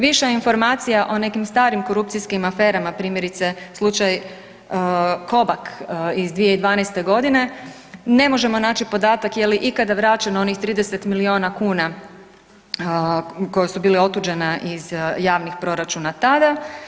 Više informacija o nekim starim korupcijskim aferama, primjerice slučaj Kobak iz 2012. godine ne možemo naći podatak je li ikada vraćeno onih 30 milijuna kuna koja su bila otuđena iz javnih proračuna tada.